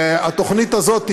והתוכנית הזאת,